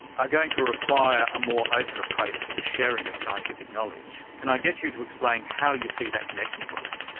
are going to require a more open approach to the sharing of scientific knowledge. can i get you to explain how you see that connection for us?